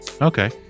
okay